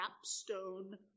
capstone